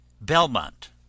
Belmont